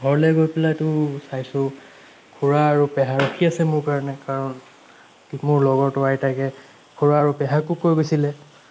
ঘৰলৈ গৈ পেলাই তো চাইছোঁ খুৰা আৰু পেহা ৰখি আছে মোৰ কাৰণ মোৰ লগৰটোৰ আইতাকে খুৰা আৰু পেহাকো কৈ গৈছিলে